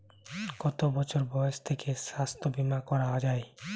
কত বছর বয়স থেকে স্বাস্থ্যবীমা করা য়ায়?